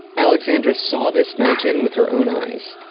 alexandra saw this mountain with her own eyes.